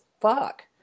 fuck